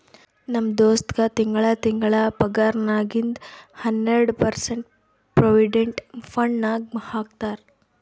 ನಮ್ ದೋಸ್ತಗ್ ತಿಂಗಳಾ ತಿಂಗಳಾ ಪಗಾರ್ನಾಗಿಂದ್ ಹನ್ನೆರ್ಡ ಪರ್ಸೆಂಟ್ ಪ್ರೊವಿಡೆಂಟ್ ಫಂಡ್ ನಾಗ್ ಹಾಕ್ತಾರ್